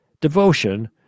devotion